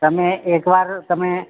તમે એક વાર તમે